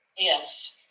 Yes